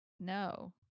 no